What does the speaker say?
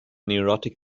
neurotic